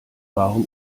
warum